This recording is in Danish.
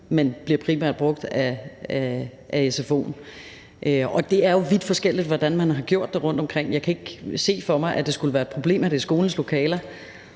men bliver primært brugt af sfo'en. Det er jo vidt forskelligt, hvordan man har gjort det rundtomkring. Jeg kan ikke se for mig, at det skulle være et problem, at det er skolens lokaler.